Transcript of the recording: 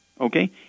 Okay